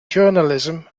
journalism